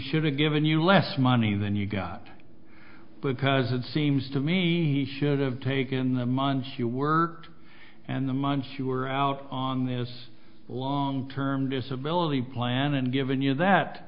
should've given you less money than you got because it seems to me he should have taken the months you were and the months you were out on this long term disability plan and given you that